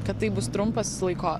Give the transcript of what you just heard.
kad tai bus trumpas laiko